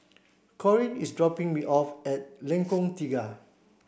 Corine is dropping me off at Lengkong Tiga